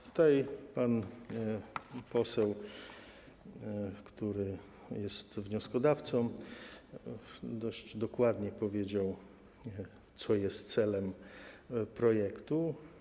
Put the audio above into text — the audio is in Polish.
Tutaj pan poseł, który jest wnioskodawcą, dość dokładnie powiedział, co jest celem projektu.